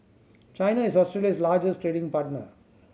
China is Australia's largest trading partner